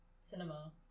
cinema